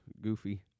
goofy